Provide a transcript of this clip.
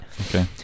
Okay